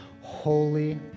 Holy